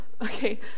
okay